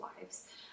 lives